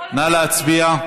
נא להצביע.